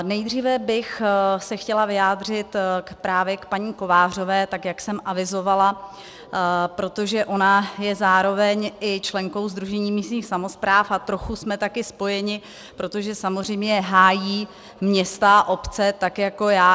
Nejdříve bych se chtěla vyjádřit právě k paní Kovářové, tak jak jsem avizovala, protože ona je zároveň i členkou Sdružení místních samospráv a trochu jsme také spojeny, protože samozřejmě hájí města a obce tak jako já.